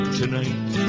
tonight